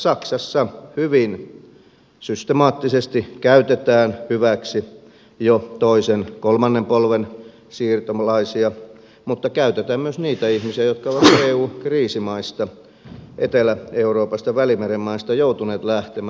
saksassa hyvin systemaattisesti käytetään hyväksi jo toisen kolmannen polven siirtolaisia mutta käytetään myös niitä ihmisiä jotka ovat eun kriisimaista etelä euroopasta ja välimeren maista joutuneet lähtemään